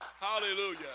Hallelujah